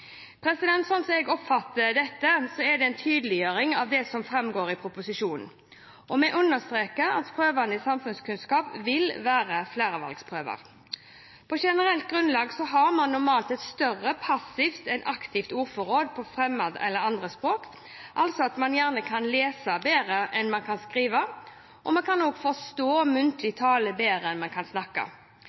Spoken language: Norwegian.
jeg oppfatter dette, er det en tydeliggjøring av det som framgår av proposisjonen. Vi understreker at prøvene i samfunnskunnskap vil være flervalgsprøver. På generelt grunnlag har man normalt et større passivt enn aktivt ordforråd på fremmed-/andrespråk, altså at man gjerne kan lese bedre enn man kan skrive, og man kan forstå muntlig tale bedre enn man kan snakke.